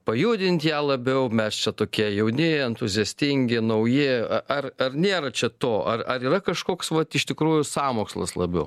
pajudint ją labiau mes čia tokie jauni entuziastingi nauji ar ar nėra čia to ar ar yra kažkoks vat iš tikrųjų sąmokslas labiau